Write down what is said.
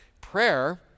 Prayer